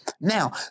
Now